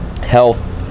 health